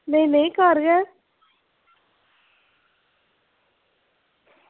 नेईं नेईं घर गै